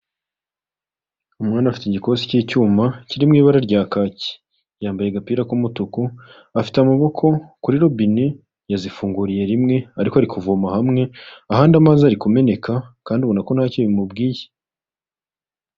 Umwana afite igikosi cy'icyuma, kiri mu ibara rya kaki. Yambaye agapira k'umutuku, afite amaboko kuri robine, yazifunguriye rimwe, ariko ari kuvoma hamwe, ahandi amazi ari kumeneka kandi ubona ko ntacyo bimubwiye.